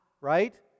right